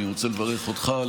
אני רוצה לברך אותך,